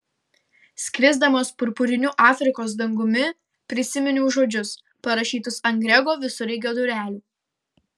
skrisdamas purpuriniu afrikos dangumi prisiminiau žodžius parašytus ant grego visureigio durelių